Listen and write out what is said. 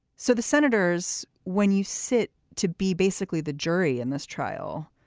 so the senators, when you sit to be basically the jury in this trial,